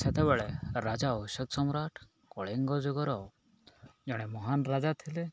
ସେତେବେଳେ ରାଜା ଅଶୋକ ସମ୍ରାଟ କଳିଙ୍ଗ ଯୁଗର ଜଣେ ମହାନ୍ ରାଜା ଥିଲେ